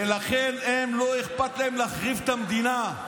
ולכן הם, לא אכפת להם להחריב את המדינה.